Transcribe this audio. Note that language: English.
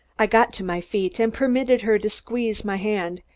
i got to my feet and permitted her to squeeze my hand.